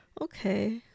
Okay